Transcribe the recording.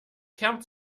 kern